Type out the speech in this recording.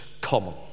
common